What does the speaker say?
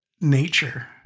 nature